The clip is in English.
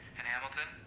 and, hamilton,